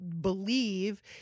believe